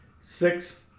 six